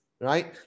right